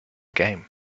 game